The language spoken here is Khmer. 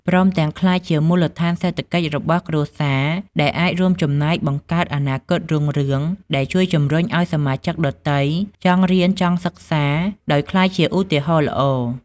ព្រមទាំង ក្លាយជាមូលដ្ឋានសេដ្ឋកិច្ចរបស់គ្រួសារ ដែលអាចរួមចំណែកបង្កើតអនាគតរុងរឿង ដែលជួយជំរុញឲ្យសមាជិកដទៃចង់រៀនចង់សិក្សា ដោយក្លាយជាឧទាហរណ៍ល្អ។